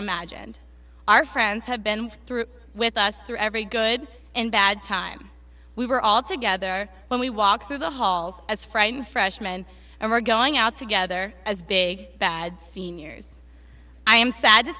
imagined our friends have been through with us through every good and bad time we were all together when we walked through the halls as friends freshman and were going out together as big bad seniors i am sad to